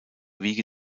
wiege